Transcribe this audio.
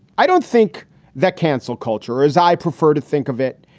i don't think that cancel culture or as i prefer to think of it.